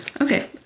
okay